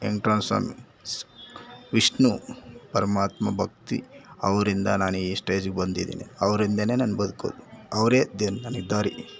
ವೆಂಕಟ್ರಮಣ ಸ್ವಾಮಿ ವಿಷ್ಣು ಪರಮಾತ್ಮ ಭಕ್ತಿ ಅವರಿಂದ ನಾನು ಈ ಸ್ಟೇಜಿಗೆ ಬಂದಿದ್ದೀನಿ ಅವ್ರಿಂದಲೇ ನನ್ನ ಬದುಕು ಅವರೇ ದೆ ನನಗೆ ದಾರಿ